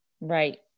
Right